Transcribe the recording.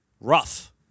Rough